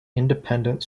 independent